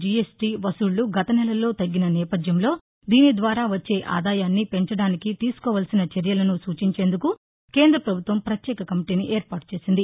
GST వసూళ్ళు గత నెలలో తగ్గిన నేపధ్యంలో దీని ద్వారా వచ్చే ఆదాయాన్ని పెంచడానికి తీసుకోవలసిన చర్యలను సూచించేందుకు కేంద్ర ప్రభుత్వం పత్యేక కమిటీని ఏర్పాటు చేసింది